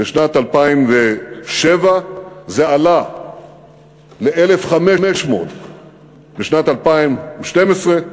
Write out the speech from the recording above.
בשנת 2007. זה עלה ל-1,500 בשנת 2012,